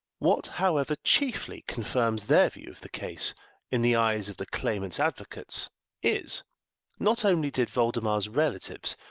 what, however, chiefly confirms their view of the case in the eyes of the claimant's advocates is not only did voldemar's relatives,